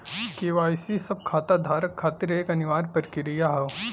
KYC सब खाता धारक खातिर एक अनिवार्य प्रक्रिया हौ